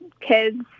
kids